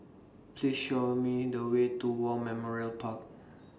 Please Show Me The Way to War Memorial Park